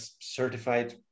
certified